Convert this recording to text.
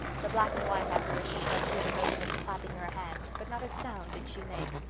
the black-and-white apparition went through the motion of clapping her hands, but not a sound did she make.